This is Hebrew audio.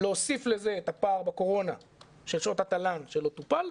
להוסיף לזה את הפער בקורונה של שעות התל"ן שלא טופל.